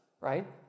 right